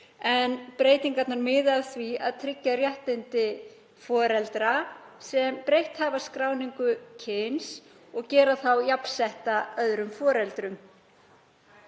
Breytingarnar miða að því að tryggja réttindi foreldra sem breytt hafa skráningu kyns og gera þá jafnsetta öðrum foreldrum.